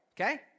Okay